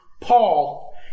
Paul